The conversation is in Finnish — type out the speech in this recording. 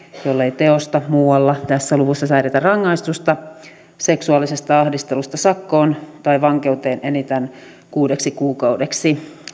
jollei teosta muualla tässä luvussa säädetä rangaistusta seksuaalisesta ahdistelusta sakkoon tai vankeuteen enintään kuudeksi kuukaudeksi